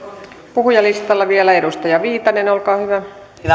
puhujalistalla vielä edustaja viitanen olkaa hyvä